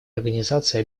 организации